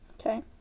Okay